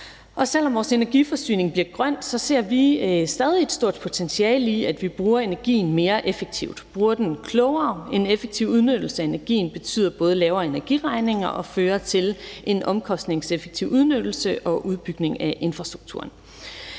Selv om vores energiforsyning bliver grøn, ser vi stadig et stort potentiale i, at vi bruger energien mere effektivt, og at vi bruger den klogere. En effektiv udnyttelse af energien betyder både lavere energiregninger, og det fører til en omkostningseffektiv udnyttelse og udbygning af infrastrukturen.